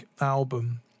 album